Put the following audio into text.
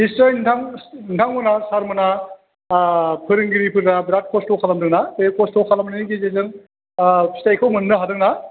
निस्सय नोंथां नोंथांमोना सारमोना फोरोंगिरिफोरा बिराद खस्थ' खालामदोंना बे खस्थ' खालामनायनि गेजेरजों फिथायखौ मोननो हादोंना